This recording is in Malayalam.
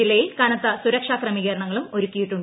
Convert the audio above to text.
ജില്ലയിൽ കനത്ത സുരക്ഷാ ക്രമീകരണങ്ങളും ഒരുക്കിയിട്ടുണ്ട്